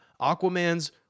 Aquaman's